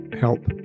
help